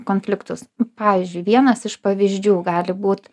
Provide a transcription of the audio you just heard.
konfliktus pavyzdžiui vienas iš pavyzdžių gali būt